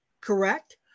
correct